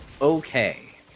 okay